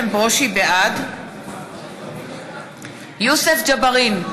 בעד יוסף ג'בארין,